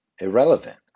irrelevant